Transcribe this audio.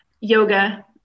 yoga